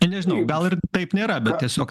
nežinau gal ir taip nėra bet tiesiog